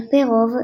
על פי רוב,